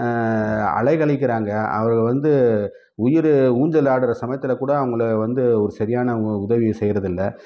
அலக்கழிறாங்க அவர்கள் வந்து உயிர் ஊஞ்சலாடுகிற சமயத்தில் கூட அவங்கள வந்து ஒரு சரியான உதவி செய்கிறதில்ல